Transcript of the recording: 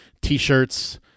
T-shirts